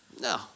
No